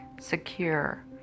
secure